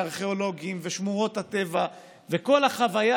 הארכיאולוגיים ושמורות הטבע וכל החוויה